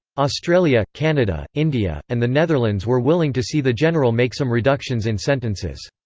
australia, canada, india, and the netherlands were willing to see the general make some reductions in sentences.